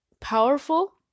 powerful